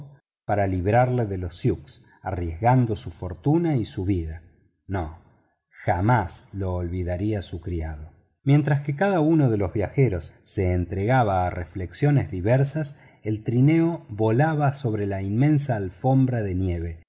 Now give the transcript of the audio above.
para librarlos de los sioux arriesgando su fortuna y su vida no jamás lo olvidaría su criado mientras que cada uno de los viajeros se entregaba a reflexiones diversas el trineo volaba sobre la inmensa alfombra de nieve